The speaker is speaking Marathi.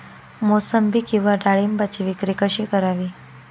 मोसंबी किंवा डाळिंबाची विक्री कशी करावी?